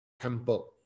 temple